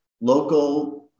local